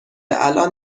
الان